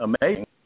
amazing